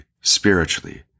spiritually